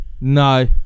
No